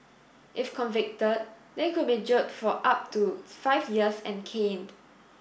if convicted they could be jailed for up to five years and caned